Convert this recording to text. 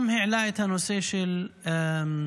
הוא גם העלה את הנושא של הקאדים,